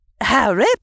Harry